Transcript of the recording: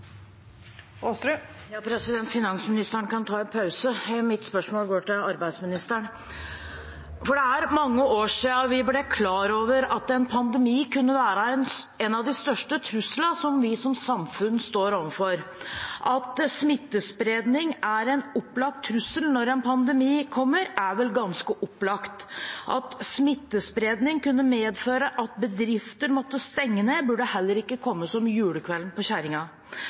Finansministeren kan ta en pause. Mitt spørsmål går til arbeidsministeren. Det er mange år siden vi ble klar over at en pandemi kunne være en av de største truslene vi som samfunn står overfor. At smittespredning er en opplagt trussel når en pandemi kommer, er vel ganske opplagt. At smittespredning kunne medføre at bedrifter måtte stenge ned, burde heller ikke komme som julekvelden på